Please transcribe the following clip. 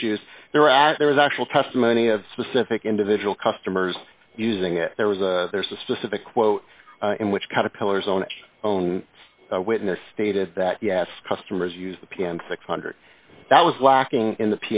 issues there as there was actual testimony of specific individual customers using it there was a there's a specific quote in which kind of colors on its own witness stated that yes customers use the p m six hundred that was lacking in the